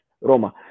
Roma